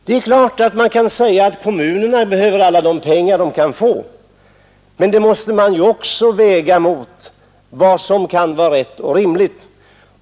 Man kan naturligtvis säga att kommunerna behöver alla pengar de kan få, men även det måste man väga mot vad som kan vara rätt och rimligt.